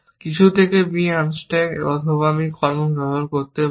কিছু থেকে b unstack অথবা আমি কর্ম ব্যবহার করতে পারি